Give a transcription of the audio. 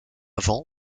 vent